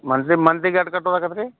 monthly monthly ಕಟ್ಕೋತ ಹೋಬೇಕ್ರೀ